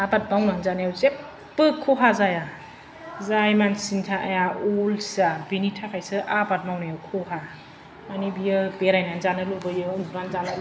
आबाद मावनानै जानायाव जेबो खहा जाया जाय मानसिनि थाया अलसिया बिनि थाखायसो आबाद मावनायाव खहा मानि बियो बेरायनानै जानो लुबैयो उन्दुनानै जानो लुबैयो